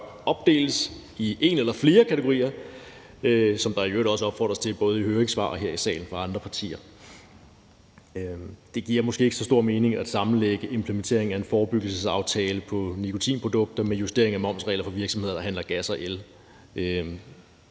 opdeles i en eller flere kategorier, som der i øvrigt også opfordres til i både høringssvar og her i salen fra andre partier. Det giver måske ikke så stor mening at sammenlægge implementering af en forebyggelsesaftale om nikotinprodukter med justering af momsregler for virksomheder, der handler gas og el.